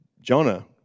Jonah